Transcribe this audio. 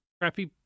crappy